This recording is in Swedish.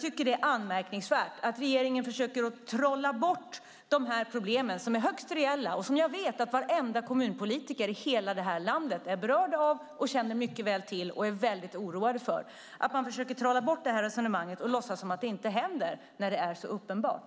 Det är anmärkningsvärt att regeringen försöker trolla bort dessa problem som är högst reella och som jag vet att varenda kommunpolitiker i hela vårt land är berörd av och mycket väl känner till. De är väldigt oroade just över att man försöker trolla bort det här resonemanget och låtsas att det som här nämnts inte händer trots att det är så uppenbart.